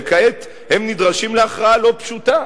וכעת הם נדרשים להכרעה לא פשוטה,